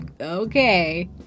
okay